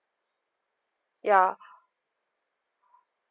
ya